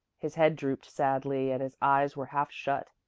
his head drooped sadly and his eyes were half shut.